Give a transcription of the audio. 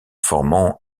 formant